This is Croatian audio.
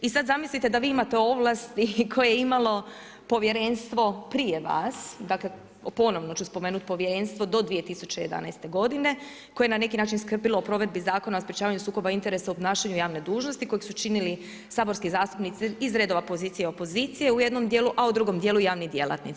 I sad zamislite da vi imate ovlasti koje je imalo povjerenstvo prije vas, dakle ponovno ću spomenuti povjerenstvo do 2011. godine, koje je na neki način skrbilo o provedbi Zakona o sprečavanju sukoba interesa u obnašanju javne dužnosti kojeg su činili saborski zastupnici iz redova pozicije i opozicije u jednom djelu, a u drugom djelu javni djelatnici.